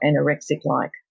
anorexic-like